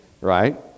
right